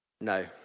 No